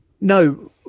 No